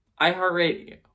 iHeartRadio